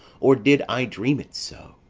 or did i dream it so?